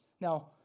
Now